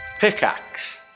Pickaxe